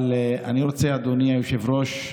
אבל אני רוצה, אדוני היושב-ראש,